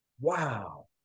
wow